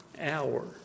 hour